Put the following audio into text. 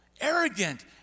arrogant